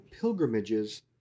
pilgrimages